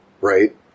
Right